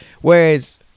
whereas